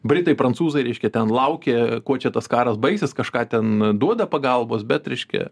britai prancūzai reiškia ten laukė kuo čia tas karas baigsis kažką ten duoda pagalbos bet reiškia